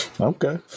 Okay